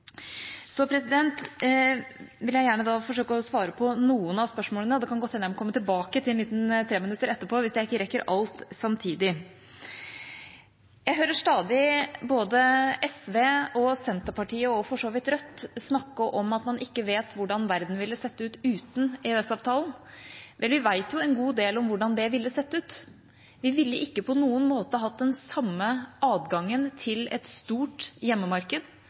så veldig bra – at Europa også er villig til å samarbeide. Det er et kjernepunkt for regjeringa både i den nye strategien vi har lagt for samarbeidet med EU, og generelt i måten vi jobber på. Jeg vil gjerne forsøke å svare på noen av spørsmålene. Det kan godt hende jeg må komme tilbake til en liten 3-minutter etterpå hvis jeg ikke rekker alt samtidig. Jeg hører stadig både SV, Senterpartiet og for så vidt Rødt snakke om at man ikke vet hvordan verden ville sett ut uten EØS-avtalen. Vel, vi